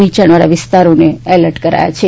નીયાણવાલા વિસ્તારોને એલર્ટ કરાયા છે